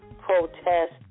protest